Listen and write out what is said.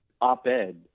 op-ed